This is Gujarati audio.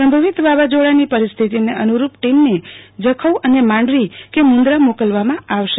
સંભવિત વાવાઝોડાની પરિરિથતિને અનુરૂપ ટીમને જખૌ અને માંડવી કે મુન્દ્રા મોકલવામાં આવશે